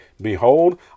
behold